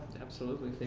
absolutely.